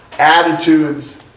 attitudes